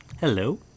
Hello